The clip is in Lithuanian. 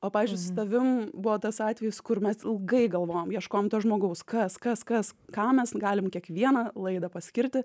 o pavyzdžiui su tavim buvo tas atvejis kur mes ilgai galvojom ieškojom to žmogaus kas kas kas ką mes galim kiekvieną laidą paskirti